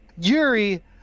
yuri